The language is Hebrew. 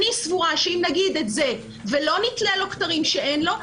אני סבורה שאם נגיד את זה ולא נתלה לו כתרים שאין לו,